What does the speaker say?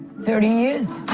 thirty years.